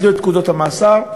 ביטלו את פקודות המאסר,